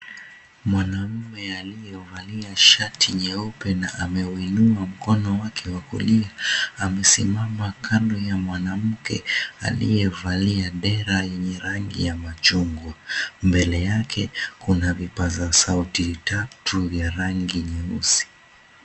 Mwanaume aliyevalia shati leupe na ameuinua mkono wake wa kulia amesimama kando ya mwanamke aliyevalia dera yenye rangi ya machungwa. Mbele yake kuna vipazasauti tatu vya rangi nyeusi.